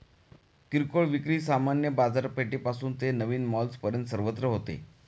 किरकोळ विक्री सामान्य बाजारपेठेपासून ते नवीन मॉल्सपर्यंत सर्वत्र होते